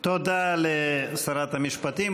תודה לשרת המשפטים,